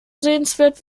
sehenswert